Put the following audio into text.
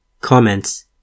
Comments